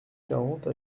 quarante